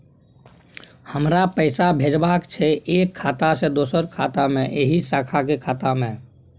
हमरा पैसा भेजबाक छै एक खाता से दोसर खाता मे एहि शाखा के खाता मे?